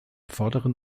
vorderen